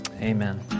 amen